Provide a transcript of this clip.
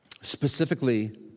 specifically